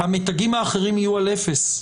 המתגים האחרים יהיו על אפס,